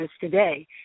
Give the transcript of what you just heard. today